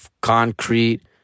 Concrete